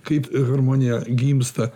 kaip harmonija gimsta